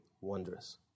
wondrous